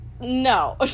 No